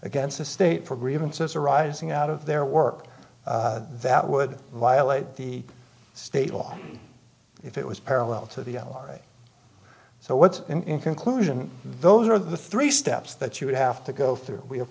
against the state for grievances arising out of their work that would violate the state law if it was parallel to the hour so what's in conclusion those are the three steps that you would have to go through we of